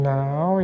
Now